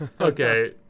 okay